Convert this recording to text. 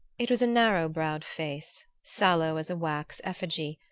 it was a narrow-browed face, sallow as a wax effigy,